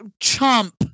chump